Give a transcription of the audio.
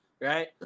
right